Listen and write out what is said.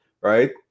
right